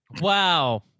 Wow